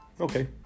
Okay